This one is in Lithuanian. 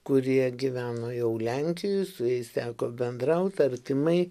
kurie gyveno jau lenkijoje su jais teko bendraut artimai